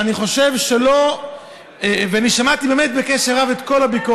אני שמעתי בקשב רב את כל הביקורת,